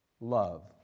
love